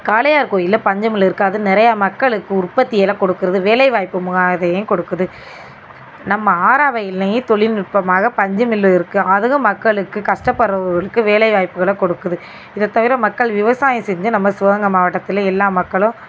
காளையார் கோவில்ல பஞ்சு மில் இருக்கு அது நிறையா மக்களுக்கு உற்பத்தி எல்லாம் கொடுக்குது வேலைவாய்ப்பு இதையும் கொடுக்குது நம்ம ஆறாவயல்லேயும் தொழில்நுட்பமாக பஞ்சு மில் இருக்கு அதுவும் மக்களுக்கு கஷ்டப்படுறவங்களுக்கு வேலைவாய்ப்புகளை கொடுக்குது இதை தவிர மக்கள் விவசாயம் செஞ்சு நம்ம சிவகங்கை மாவட்டத்தில் எல்லா மக்களும்